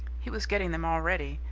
he was getting them already.